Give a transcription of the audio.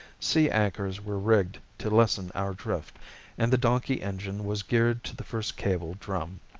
sea anchors were rigged to lessen our drift and the donkey engine was geared to the first cable drum.